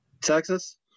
Texas